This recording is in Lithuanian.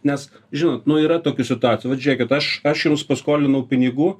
nes žinot nu yra tokių situacijų vat žėkit aš aš jums paskolinau pinigų